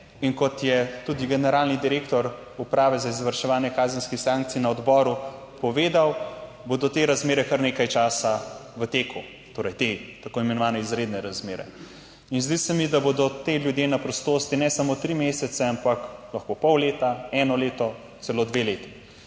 in kot je tudi generalni direktor Uprave za izvrševanje kazenskih sankcij na odboru povedal, bodo te razmere kar nekaj časa v teku, torej te tako imenovane izredne razmere. In zdi se mi, da bodo ti ljudje na prostosti ne samo tri mesece, ampak lahko pol leta, eno leto, celo dve leti.